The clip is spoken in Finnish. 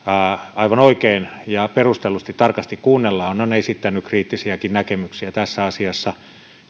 aivan oikein ja perustellusti tarkasti kuunnellaan on esittänyt kriittisiäkin näkemyksiä tässä asiassa